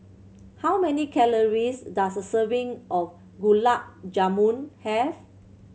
how many calories does a serving of Gulab Jamun have